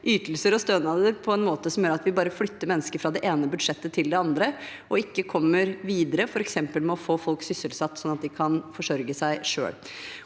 ytelser og stønader på en måte som gjør at vi bare flytter mennesker fra det ene budsjettet til det andre, og ikke kommer videre med f.eks. å få folk sysselsatt sånn at de kan forsørge seg selv.